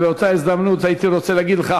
באותה הזדמנות הייתי רוצה להגיד לך,